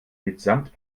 mitsamt